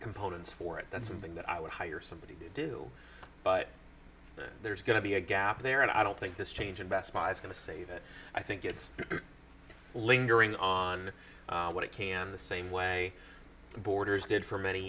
components for it that's something that i would hire somebody to do but there's going to be a gap there and i don't think this change investment is going to save it i think it's lingering on what it can the same way borders did for many